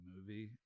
movie